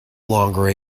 longer